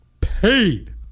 paid